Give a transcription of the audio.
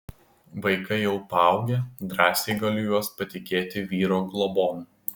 vaikai jau paaugę drąsiai galiu juos patikėti vyro globon